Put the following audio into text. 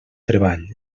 treball